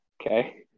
okay